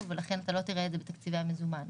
ולכן לא תראה את זה בתקציבי המזומן.